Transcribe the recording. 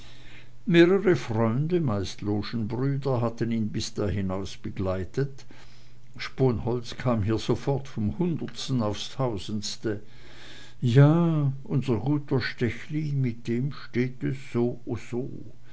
mehrere freunde meist logenbrüder hatten ihn bis hinaus begleitet sponholz kam hier sofort vom hundertsten aufs tausendste ja unser guter stechlin mit dem steht es soso